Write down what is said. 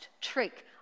trick